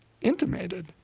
intimated